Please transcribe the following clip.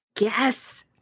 Yes